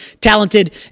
talented